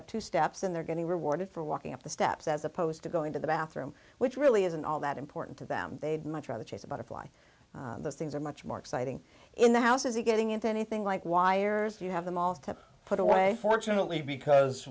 up two steps and they're getting rewarded for walking up the steps as opposed to going to the bathroom which really isn't all that important to them they'd much rather chase a butterfly those things are much more exciting in the house is he getting into anything like wires you have them all to put away fortunately because